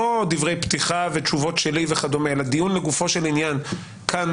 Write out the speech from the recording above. לא דברי פתיחה ותשובות שלי וכדומה אלא דיון לגופו של עניין כאן,